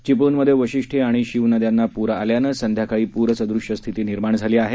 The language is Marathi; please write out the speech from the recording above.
चिपळूणमध्ये वाशिष्ठी आणि शिव नद्यांना पूर आल्यानं संध्याकाळी प्रसदृश स्थिती निर्माण झाली आहे